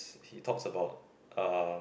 he talks about uh